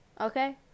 Okay